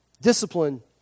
Discipline